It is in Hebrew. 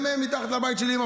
הם מפגינים גם מתחת לבית שלי.